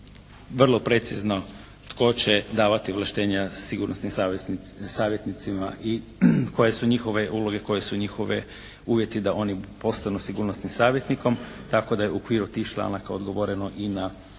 vrlo precizno tko će davati ovlaštenja sigurnosnih savjetnicima i koje su njihove uloge, koji su njihovi uvjeti da oni postanu sigurnosnim savjetnikom tako da je u okviru tih članaka odgovoreno i na